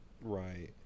Right